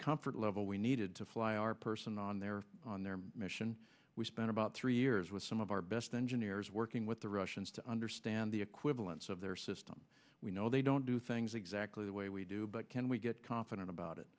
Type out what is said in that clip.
comfort level we needed to fly our person on their on their mission we spent about three years with some of our best engineers working with the russians to understand the equivalence of their system we know they don't do things exactly the way we do but can we get confident about it